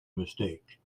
mistake